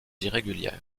irrégulière